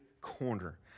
corner